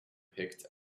picked